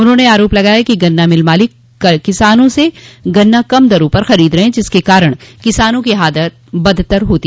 उन्होंने आरोप लगाया कि गन्ना मिल मालिक किसानों से गन्ना कम दरों पर खरीद रहे हैं जिसके कारण किसानों की हालत बद्त्तर होती जा रही ह